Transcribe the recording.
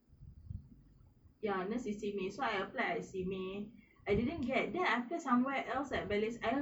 ya nurse at see me so I apply see me I didn't get then after somewhere else at bally's